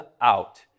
out